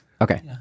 Okay